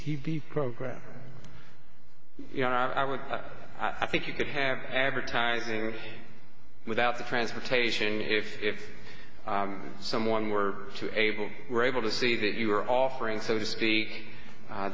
the program you know i would i think you could have advertising without the transportation if someone were to able were able to see that you are offering so to speak